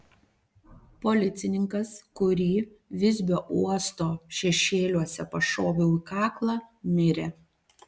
policininkas kurį visbio uosto šešėliuose pašoviau į kaklą mirė